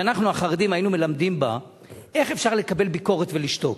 שאנחנו החרדים היינו מלמדים בה איך אפשר לקבל ביקורת ולשתוק.